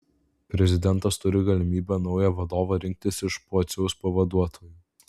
prezidentas turi galimybę naują vadovą rinktis iš pociaus pavaduotojų